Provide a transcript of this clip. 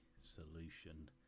solution